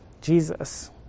Jesus